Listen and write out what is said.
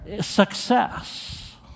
success